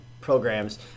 programs